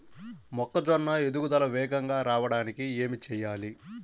మొక్కజోన్న ఎదుగుదల వేగంగా రావడానికి ఏమి చెయ్యాలి?